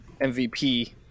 mvp